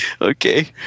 Okay